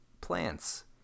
plants